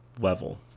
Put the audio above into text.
level